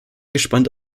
gespannt